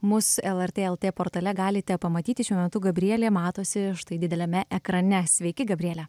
mus lrt lt portale galite pamatyti šiuo metu gabrielė matosi štai dideliame ekrane sveiki gabriele